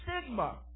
stigma